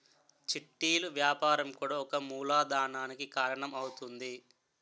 చిట్టీలు వ్యాపారం కూడా ఒక మూలధనానికి కారణం అవుతుంది